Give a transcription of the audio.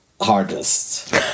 hardest